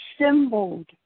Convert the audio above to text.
assembled